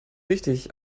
richtig